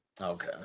Okay